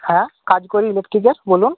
হ্যাঁ কাজ করি ইলেকট্রিকের বলুন